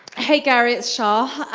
hey gary, it's char.